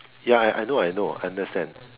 ya I know I know understand